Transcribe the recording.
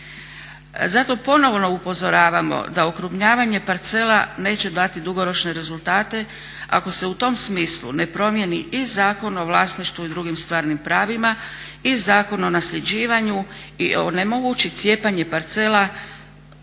Zato ponovno upozoravamo da okrupnjavanje parcela neće dati dugoročne rezultate ako se u tom smislu ne promijeni i Zakon o vlasništvu i drugim stvarnim pravima i Zakon o nasljeđivanju i onemogući cijepanje parcela.